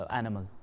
animal